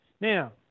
Now